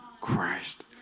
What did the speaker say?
Christ